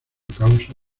causa